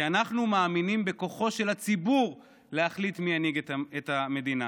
כי אנחנו מאמינים בכוחו של הציבור להחליט מי ינהיג את המדינה.